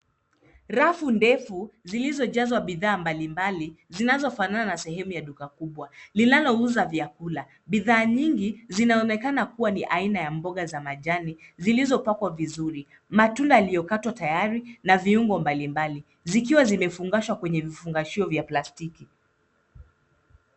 Rafu ndefu zilizojazwa bidhaa mbali mbali, zinazofanana na sehemu ya duka kubwa. Linalouza vyakula. Bidhaa nyingi zinaonekana kuwa ni aina ya mboga za majani, zilizopakwa vizuri. Matunda yaliyokatwa tayari na viumbo mbali mbali. Zikiwa zimefungashwa kwenye vifungashio vya plastiki.